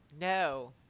No